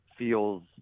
Feels